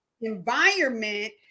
environment